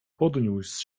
podniósł